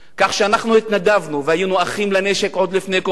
כך שאנחנו התנדבנו והיינו אחים לנשק עוד לפני קום המדינה.